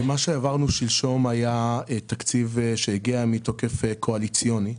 מה שהעברנו שלשום היה תקציב שהגיע מתוקף קואליציוני.